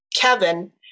Kevin